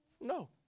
No